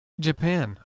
Japan